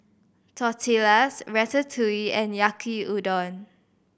Tortillas Ratatouille and Yaki Udon